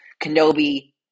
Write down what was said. Kenobi